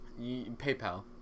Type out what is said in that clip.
PayPal